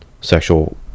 sexual